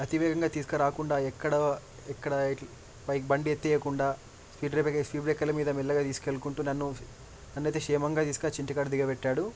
అతివేగంగా తీసుకురాకుండా ఎక్కడా ఎక్కడా బై బండి ఎత్తయకుండా స్పీడ్ బ్రేక్ పై స్పీడ్ బ్రేకుల మీద మెల్లగా తీసకు వెళ్ళుకుంటు నన్ను నన్నయితే క్షేమంగా తీకుకొచ్చి ఇంటి కాడ దిగబెట్టాడు